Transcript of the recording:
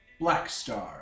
Blackstar